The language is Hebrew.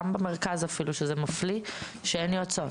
גם במרכז אפילו שזה מפליא שאין יועצות,